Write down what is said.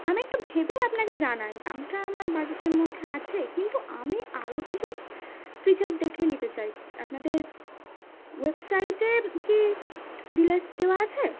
আমি একটু ভেবে আপনাকে জানাই দামটা আমার বাজেটের মধ্যে আছে কিন্তু আমি আরও কিছু ফিচার দেখে নিতে চাই আপনাদের ওয়েবসাইটে কি ডিটেইলস দেওয়া আছে